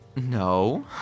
No